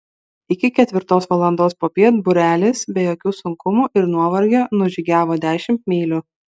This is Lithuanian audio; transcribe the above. iki ketvirtos valandos popiet būrelis be jokių sunkumų ir nuovargio nužygiavo dešimt mylių